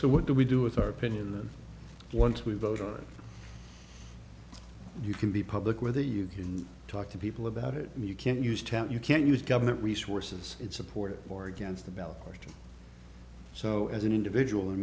so what do we do with our opinion once we vote you can be public whether you can talk to people about it and you can't use tout you can't use government resources it support it or against the ballot question so as an individual